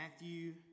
Matthew